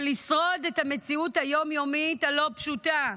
לשרוד את המציאות היום-יומית הלא-פשוטה,